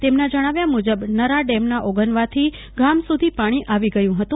તેમના જણાવ્યા મુજબ નરા ડેમના ઓગનવાથી ગામ સુધી પાણી આવી ગય હતં